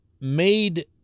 made